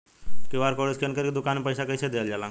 QR code scan करके दुकान में पईसा कइसे देल जाला?